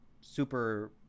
super